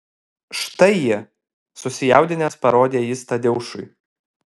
štai jie susijaudinęs parodė jis tadeušui